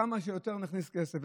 כמה שיותר נכניס כסף,